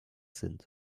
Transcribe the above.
sind